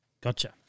Gotcha